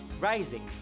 rising